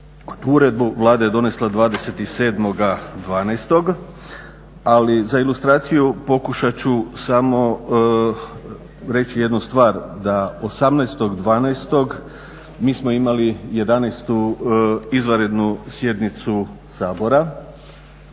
Uredbu Vlada je donesla 27.12., ali za ilustraciju pokušat ću samo reći jednu stvar, da 18.12. mi smo imali 11. izvanrednu sjednicu Sabora